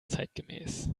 zeitgemäß